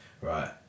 right